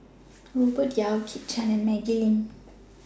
Robert Yeo Kit Chan and Maggie Lim